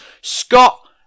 Scott